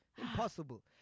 Impossible